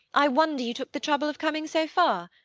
i wonder you took the trouble of coming so far.